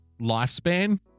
lifespan